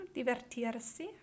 divertirsi